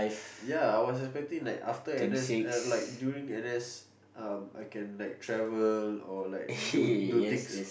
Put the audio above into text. ya I was expecting like after N_S uh like during N_S um I can like travel or like do do things